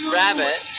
rabbit